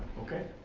okay.